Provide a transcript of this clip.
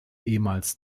ehemals